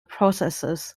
processes